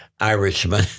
Irishman